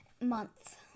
month